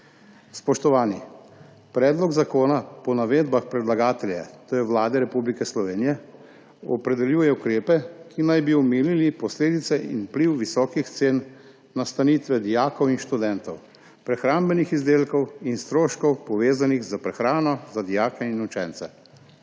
spoštovani! Predlog zakona po navedbah predlagatelja, to je Vlade Republike Slovenije, opredeljuje ukrepe, ki naj bi omilili posledice in vpliv visokih cen nastanitve dijakov in študentov, prehrambnih izdelkov in stroškov, povezanih s prehrano za dijake in učence.